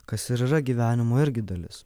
kas ir yra gyvenimo irgi dalis